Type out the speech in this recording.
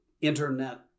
internet